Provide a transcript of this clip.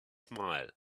smile